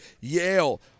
Yale